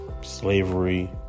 slavery